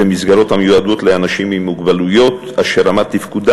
זה מסגרות המיועדות לאנשים עם מוגבלויות אשר רמת תפקודם